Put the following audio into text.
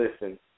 listen